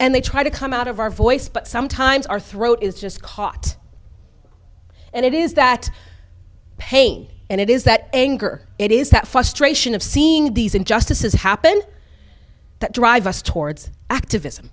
and they try to come out of our voice but sometimes our throat is just caught and it is that pain and it is that anger it is that frustrate of seeing these injustices happen that drive us towards activism